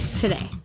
today